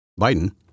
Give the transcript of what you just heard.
Biden